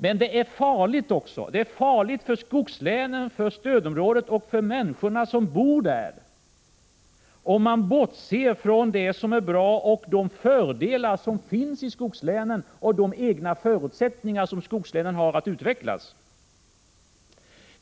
Men det är farligt för skogslänen, för stödområdet och för människorna som bor där om man bortser från det som är bra, om man bortser från de fördelar som finns och de egna förutsättningar skogslänen har att utvecklas.